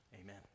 amen